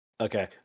Okay